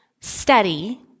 study